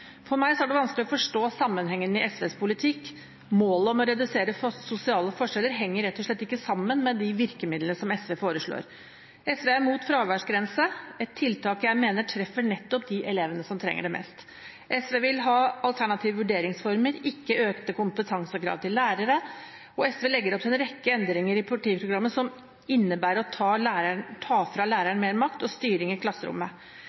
For meg er det vanskelig å forstå sammenhengen i SVs politikk. Målet om å redusere sosiale forskjeller henger rett og slett ikke sammen med de virkemidlene som SV foreslår. SV er mot fraværsgrense, et tiltak jeg mener treffer nettopp de elevene som trenger det mest. SV vil ha alternative vurderingsformer, ikke økte kompetansekrav til lærere. Og SV legger opp til en rekke endringer i partiprogrammet som innebærer å ta fra læreren mer makt og styring i klasserommet.